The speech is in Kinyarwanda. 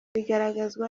bigaragazwa